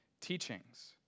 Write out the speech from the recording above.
teachings